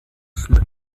schmidt